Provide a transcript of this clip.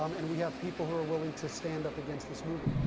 um and we have people who are willing to stand up against this movement.